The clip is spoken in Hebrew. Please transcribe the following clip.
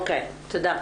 אוקיי, תודה.